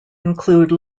include